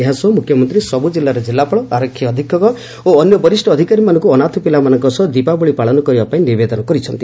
ଏହା ସହ ମୁଖ୍ୟମନ୍ତୀ ସବୁ କିଲ୍ଲାର କିଲ୍ଲାପାଳ ଆରକ୍ଷୀ ଅଧୀକ୍ଷକ ଓ ଅନ୍ୟ ବରିଷ୍ ଅଧୀକାରୀମାନଙ୍କୁ ଅନାଥ ପିଲାମାନଙ୍କ ସହ ଦୀପାବଳି ପାଳନ କରିବା ପାଇଁ ନିବେଦନ କରିଛନ୍ତି